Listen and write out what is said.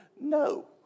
No